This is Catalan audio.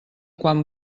quan